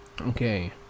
Okay